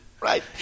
right